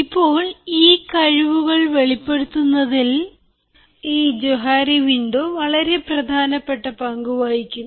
ഇപ്പോൾ ഈ കഴിവുകൾ വെളിപ്പെടുത്തുന്നതിൽ ഈ ജോഹാരി വിൻഡോ വളരെ പ്രധാനപ്പെട്ട പങ്ക് വഹിക്കുന്നു